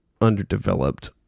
underdeveloped